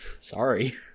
Sorry